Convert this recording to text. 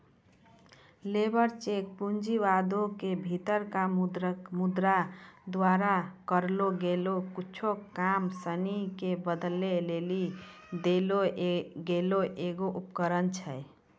labour cheque पूँजीवादो के भीतरका मुद्रा द्वारा करलो गेलो कुछु काम सिनी के बदलै लेली देलो गेलो एगो उपकरण छै